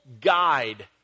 guide